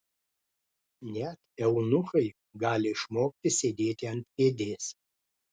net eunuchai gali išmokti sėdėti ant kėdės